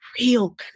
real